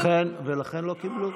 ולכן לא קיבלו.